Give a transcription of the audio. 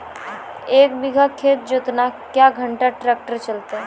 एक बीघा खेत जोतना क्या घंटा ट्रैक्टर चलते?